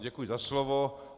Děkuji za slovo.